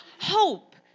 hope